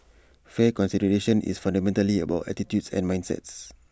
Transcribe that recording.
fair consideration is fundamentally about attitudes and mindsets